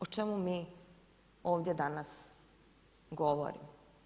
O čemu mi ovdje danas govorimo?